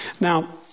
Now